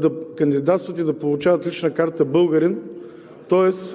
да кандидатстват и да получават лична карта – българин, тоест